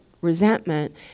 resentment